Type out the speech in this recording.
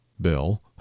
Bill